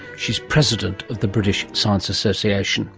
she is president of the british science association